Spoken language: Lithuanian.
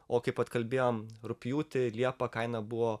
o kaip vat kalbėjom rugpjūtį liepą kaina buvo